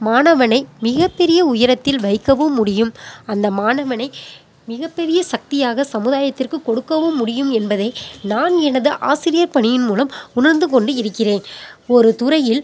மாணவனை மிகப் பெரிய உயரத்தில் வைக்கவும் முடியும் அந்த மாணவனை மிகப்பெரிய சக்தியாக சமுதாயத்திற்கு கொடுக்கவும் முடியும் என்பதை நான் எனது ஆசிரியப் பணியின் மூலம் உணர்ந்து கொண்டு இருக்கிறேன் ஒரு துறையில்